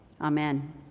Amen